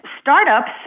startups